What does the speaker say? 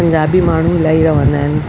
पंजाबी माण्हू इलाही रहंदा आहिनि